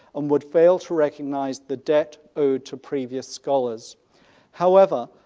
and would fail to recognise the debt owed to previous scholars however,